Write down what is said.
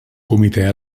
comitè